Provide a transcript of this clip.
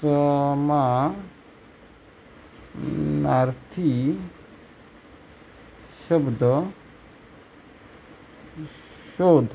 समानार्थी शब्द शोध